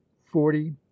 forty